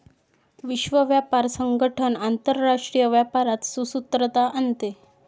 विश्व व्यापार संगठन आंतरराष्ट्रीय व्यापारात सुसूत्रता आणते